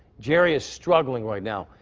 jerry is struggling right now.